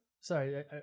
Sorry